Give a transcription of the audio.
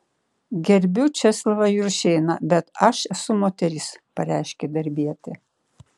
gerbiu česlovą juršėną bet aš esu moteris pareiškė darbietė